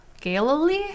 Galilee